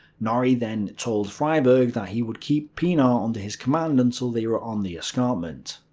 norrie then told freyberg that he would keep pienaar under his command until they were on the escarpment.